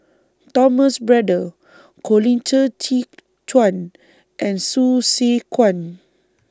Thomas Braddell Colin Qi Zhe Quan and Hsu Tse Kwang